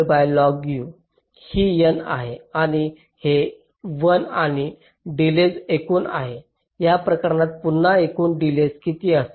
आणि हे 1 आणि डिलेज एकूण आहे या प्रकरणात पुन्हा एकूण डिलेज किती असेल